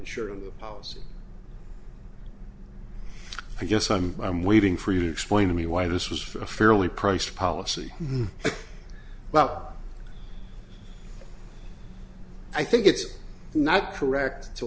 in the policy i guess i'm i'm waiting for you to explain to me why this was for a fairly priced policy well i think it's not correct to